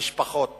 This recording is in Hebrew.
למשפחות